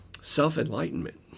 self-enlightenment